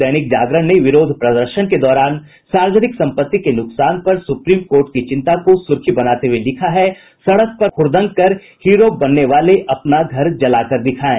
दैनिक जागरण ने विरोध प्रदर्शन के दौरान सार्वजनिक संपत्ति के नुकसान पर सुप्रीम कोर्ट की चिंता को सुर्खी बनाते हुए लिखा है सड़क पर हुड़दंग कर हीरो बनने वाले अपना घर जलाकर दिखायें